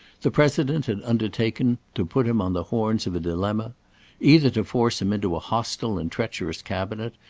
the president had undertaken to put him on the horns of a dilemma either to force him into a hostile and treacherous cabinet,